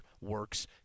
Works